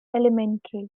elementary